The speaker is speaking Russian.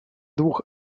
двух